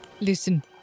Listen